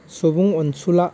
सुबुं अनसुला